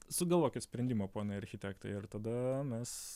sugalvokit sprendimą ponai architektai ir tada mes